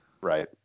right